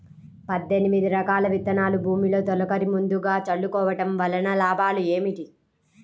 పద్దెనిమిది రకాల విత్తనాలు భూమిలో తొలకరి ముందుగా చల్లుకోవటం వలన లాభాలు ఏమిటి?